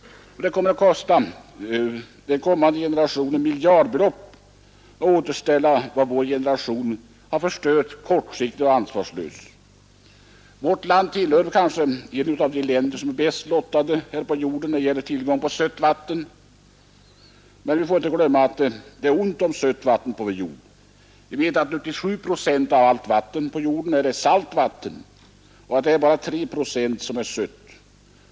Det kommer att kosta kommande generationer miljardbelopp att återställa vad vår generation har förstört kortsiktigt och ansvarslöst. Vårt land är kanske ett av de länder som är bäst lottade när det gäller tillgång till sötvatten, men vi får inte glömma att det är ont om sött vatten på vår jord. 97 procent av allt vatten på jorden är salt och bara 3 procent är sött.